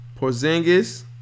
Porzingis